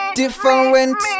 different